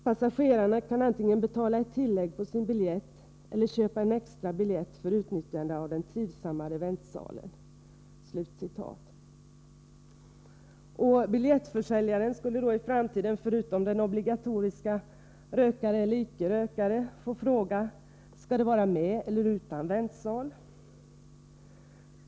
—-—— Passagerarna kan antingen betala ett tillägg på sin biljett eller köpa en extra biljett för utnyttjande av den trivsammare väntsalen.” Biljettförsäljaren skulle i framtiden förutom den obligatoriska frågan ”rökare eller icke rökare?” få ställa frågan: Skall det vara med eller utan väntsal?